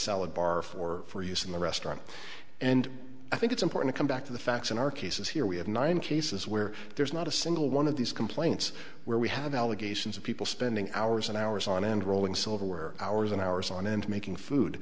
salad bar for for use in the restaurant and i think it's important come back to the facts and our cases here we have nine cases where there's not a single one of these complaints where we have allegations of people spending hours and hours on end rolling silverware hours and hours on end making food